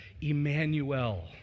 Emmanuel